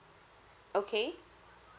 okay